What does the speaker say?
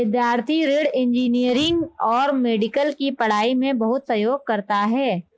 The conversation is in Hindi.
विद्यार्थी ऋण इंजीनियरिंग और मेडिकल की पढ़ाई में बहुत सहयोग करता है